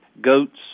goats